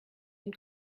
den